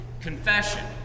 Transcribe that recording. confession